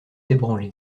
ébranlée